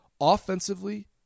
offensively